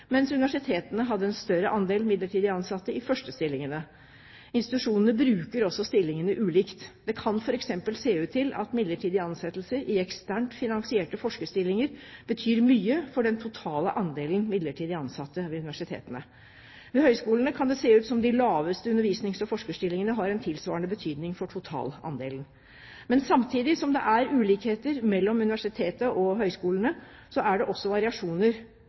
mens universitetene hadde en større andel midlertidig ansatte i førstestillingene. Institusjonene bruker også stillingene ulikt. Det kan f.eks. se ut til at midlertidige ansettelser i eksternt finansierte forskerstillinger betyr mye for den totale andelen midlertidig ansatte ved universitetene. Ved høgskolene kan det se ut som de laveste undervisnings- og forskerstillingene har en tilsvarende betydning for totalandelen. Men samtidig som det er ulikheter mellom universitetssekktoren og høgskolesektoren, er det også variasjoner